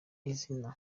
izina